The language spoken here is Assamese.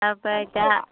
তাৰ পে ইতা